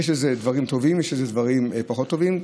יש בזה דברים טובים ויש בזה דברים פחות טובים.